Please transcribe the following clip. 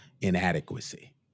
inadequacy